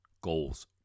goals